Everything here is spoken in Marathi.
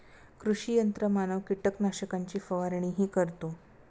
कृषी यंत्रमानव कीटकनाशकांची फवारणीही करतो